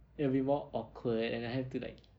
it'll be more awkward and I'll have to like